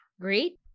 great